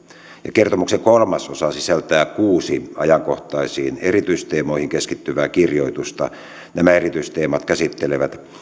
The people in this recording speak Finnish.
kertomuksen kolmas osa sisältää kuusi ajankohtaisiin erityisteemoihin keskittyvää kirjoitusta nämä erityisteemat käsittelevät